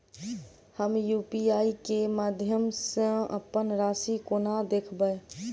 हम यु.पी.आई केँ माध्यम सँ अप्पन राशि कोना देखबै?